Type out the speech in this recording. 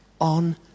on